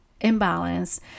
imbalance